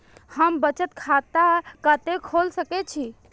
हम बचत खाता कते खोल सके छी?